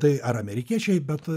tai ar amerikiečiai bet